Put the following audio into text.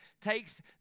takes